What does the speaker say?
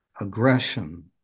Aggression